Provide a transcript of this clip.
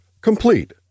complete